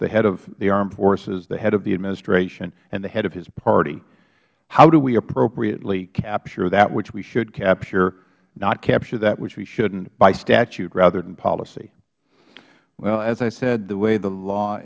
the head of the armed forces the head of the administration and the head of his party how do we appropriately capture that which we should capture not capture that which we shouldn't by statute rather than policy mister ferriero well as i said the way the law